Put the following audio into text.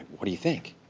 what do you think?